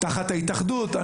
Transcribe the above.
תחת ההתאחדות.